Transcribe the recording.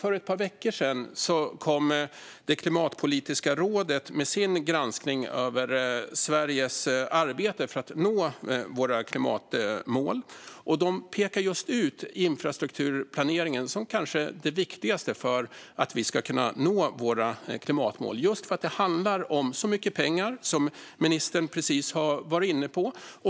För ett par veckor sedan kom Klimatpolitiska rådet med sin granskning över Sveriges arbete för att nå klimatmålen. De pekar ut infrastrukturplaneringen som kanske det viktigaste för att vi ska kunna nå våra klimatmål, just för att det handlar om så mycket pengar, som ministern precis har varit inne på.